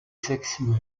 sexuelle